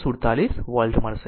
947 volt મળશે